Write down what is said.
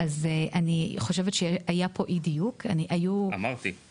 אז אני חושבת שהיה פה אי דיוק --- כשזה